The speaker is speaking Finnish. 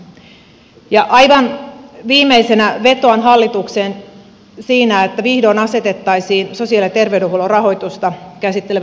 aivan viimeisenä vetoan hallitukseen siinä että vihdoin asetettaisiin sosiaali ja terveydenhuollon rahoitusta käsittelevä työryhmä